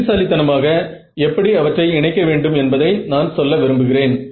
புத்திசாலித்தனமாக எப்படி அவற்றை இணைக்க வேண்டும் என்பதை நான் சொல்ல விரும்புகிறேன்